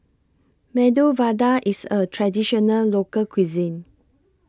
Medu Vada IS A Traditional Local Cuisine